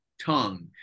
tongue